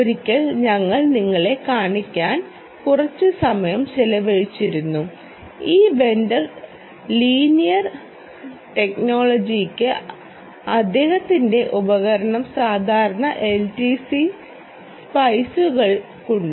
ഒരിക്കൽ ഞങ്ങൾ നിങ്ങളെ കാണിക്കാൻ കുറച്ച് സമയം ചെലവഴിച്ചിരുന്നു ഈ വെണ്ടർ ലീനിയർ ടെക്നോളജികൾക്ക് അദ്ദേഹത്തിന്റെ ഉപകരണം സാധാരണ എൽടിസി സ്പൈസുകങ്ങൾ ഉണ്ട്